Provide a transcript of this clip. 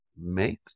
Make